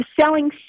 selling